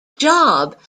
job